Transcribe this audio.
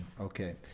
Okay